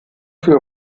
für